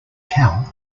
count